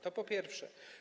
To po pierwsze.